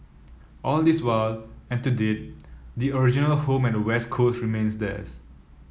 all this while and to date the original home at West Coast remains theirs